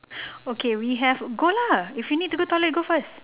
okay we have go lah if you need to go toilet you go first